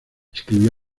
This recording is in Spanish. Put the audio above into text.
escribió